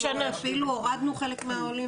כמה שנים?